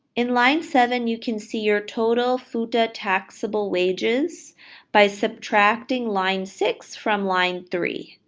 in line seven, you can see your total futa taxable wages by subtracting line six from line three.